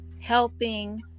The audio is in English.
helping